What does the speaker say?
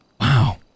Wow